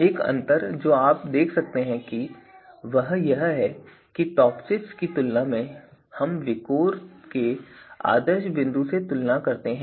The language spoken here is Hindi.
एक अंतर जो आप अब तक देख सकते हैं वह यह है कि टॉपसिस की तुलना में हम विकोर के आदर्श बिंदु से तुलना करते हैं